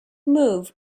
move